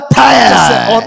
tired